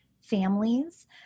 families